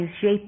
shape